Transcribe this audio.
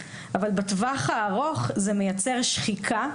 אבל בטווח הארוך זה מייצר שחיקה.